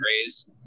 raise